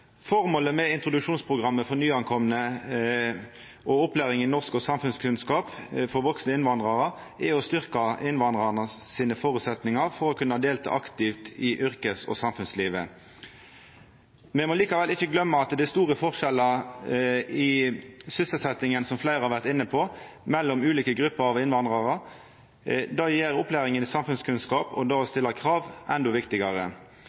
med introduksjonsprogrammet for nykomne og opplæring i norsk og samfunnskunnskap for vaksne innvandrarar er å styrkja innvandraranes føresetnader for å kunna delta aktivt i yrkes- og samfunnslivet. Me må likevel ikkje gløyma at det er store forskjellar i sysselsetjinga – som fleire har vore inne på – mellom ulike grupper av innvandrarar. Det gjer opplæringa i samfunnskunnskap og det å stilla krav endå viktigare.